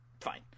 fine